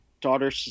daughter